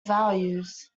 values